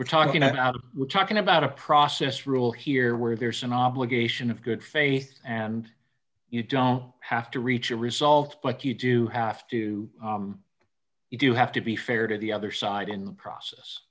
we're talking out of we're talking about a process rule here where there's an obligation of good faith and you don't have to reach a result but you do have to you do have to be fair to the other side in the process